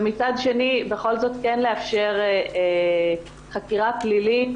ומצד שני בכל זאת כן לאפשר חקירה פלילית